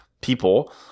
people